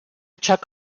check